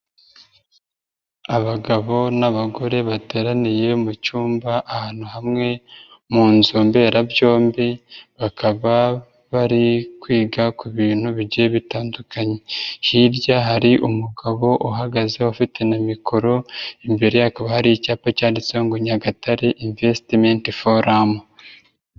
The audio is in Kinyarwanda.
Abagabo n'abagore bateraniye mu cyumba ahantu hamwe mu nzu mberabyombi, bakaba bari kwiga ku bintu bigiye bitandukanye, hirya hari umugabo uhagaze ufite na mikoro, imbere hakaba hari icyapa cyanditseho ngo Nyagatare Investment Forum.